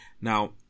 Now